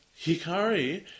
Hikari